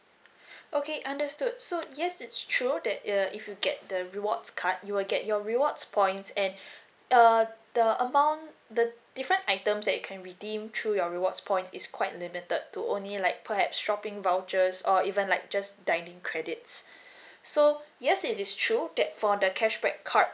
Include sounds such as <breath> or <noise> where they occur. <breath> okay understood so yes it's true that uh if you get the rewards card you will get your rewards points and <breath> uh the amount the different items that you can redeem through your rewards points is quite limited to only like perhaps shopping vouchers or even like just dining credits <breath> so yes it is true that for the cashback card